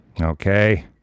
Okay